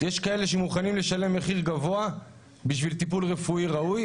יש כאלה שמוכנים לשלם מחיר גבוה בשביל טיפול רפואי ראוי,